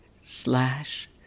slash